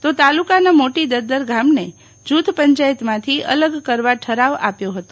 તો તાલુકાના મોટી દધ્ધર ગામને જુથ પંચાયતમાંથી અલગ કરવા ઠરાવ આપ્યો ફતો